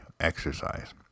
exercise